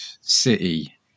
City